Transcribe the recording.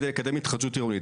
כדי לקדם התחדשות עירונית.